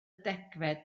degfed